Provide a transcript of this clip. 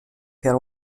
per